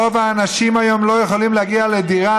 רוב האנשים היום לא יכולים להגיע לדירה,